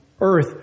earth